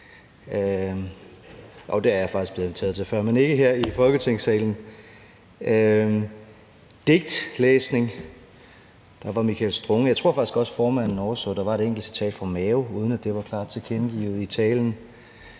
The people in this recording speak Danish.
jo, det er jeg faktisk blevet inviteret til før, men ikke her i Folketingssalen – og digtlæsning. Der var Michael Strunge. Jeg tror faktisk også, formanden overså, at der var et enkelt citat fra Mao, uden at det var klart tilkendegivet i talen.